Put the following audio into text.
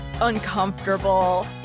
uncomfortable